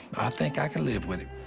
think i can live with it.